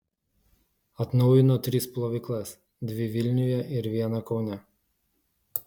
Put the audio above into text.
atnaujino tris plovyklas dvi vilniuje ir vieną kaune